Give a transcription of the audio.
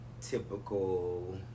Typical